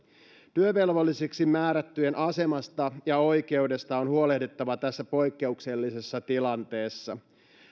työvelvollisiksi määrättyjen asemasta ja oikeudesta on huolehdittava tässä poikkeuksellisessa tilanteessa